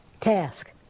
task